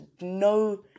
no